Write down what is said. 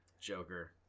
Joker